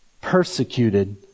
persecuted